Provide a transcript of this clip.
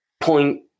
point